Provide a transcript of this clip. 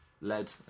led